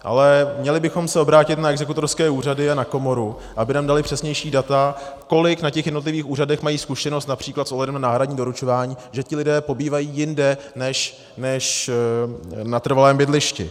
Ale měli bychom se obrátit na exekutorské úřady a na komoru, aby nám daly přesnější data, nakolik na těch jednotlivých úřadech mají zkušenost například s ohledem na náhradní doručování, že ti lidé pobývají jinde než na trvalém bydlišti.